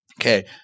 Okay